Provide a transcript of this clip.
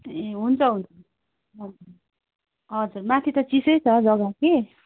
ए हुन्छ हुन्छ हुन्छ हजुर माथि त चिसै छ जग्गा कि